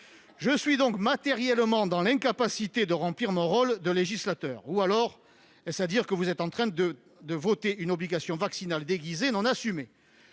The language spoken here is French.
Je suis donc matériellement dans l'incapacité de remplir mon rôle de législateur. Faut-il en conclure que vous êtes en train de voter une obligation vaccinale déguisée non assumée